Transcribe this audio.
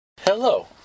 Hello